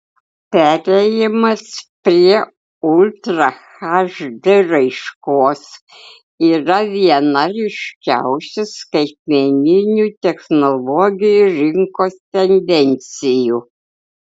perėjimas prie ultra hd raiškos yra viena ryškiausių skaitmeninių technologijų rinkos tendencijų